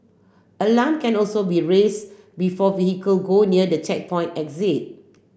alarm can also be raise before vehicle go near the checkpoint exit